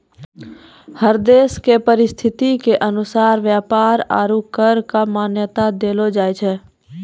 हर देश के परिस्थिति के अनुसार व्यापार आरू कर क मान्यता देलो जाय छै